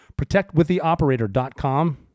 protectwiththeoperator.com